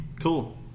Cool